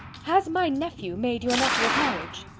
has my nephew, made you an offer of marriage?